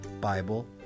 Bible